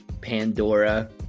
Pandora